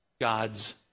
God's